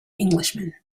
englishman